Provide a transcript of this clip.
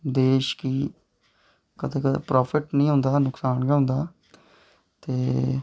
देश गी कदें कदें प्रॉफिट निं होंदा नुक्सान गै होंदा ते